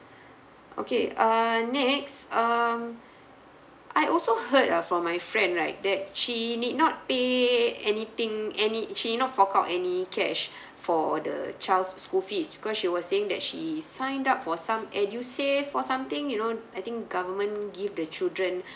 okay uh next um I also heard uh from my friend right that she did not pay anything any she not fork out any cash for the child's school fees because she was saying that she sign up for some edusave for something you know I think government give the children